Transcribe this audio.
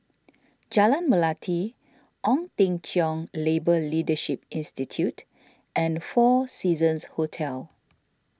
Jalan Melati Ong Teng Cheong Labour Leadership Institute and four Seasons Hotel